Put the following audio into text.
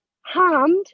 harmed